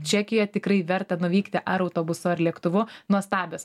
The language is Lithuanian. čekijoje tikrai verta nuvykti ar autobusu ar lėktuvu nuostabios